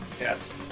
Yes